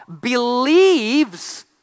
Believes